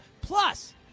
Plus